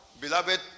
beloved